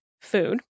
food